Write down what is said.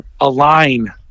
align